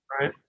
Right